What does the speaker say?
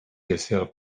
yourself